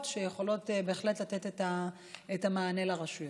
שיכולות בהחלט לתת את המענה לרשויות.